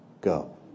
go